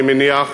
אני מניח.